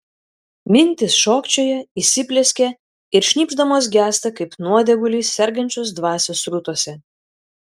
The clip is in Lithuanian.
mintys šokčioja įsiplieskia ir šnypšdamos gęsta kaip nuodėguliai sergančios dvasios srutose